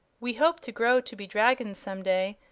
we hope to grow to be dragons some day,